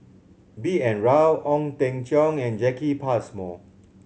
B N Rao Ong Teng Cheong and Jacki Passmore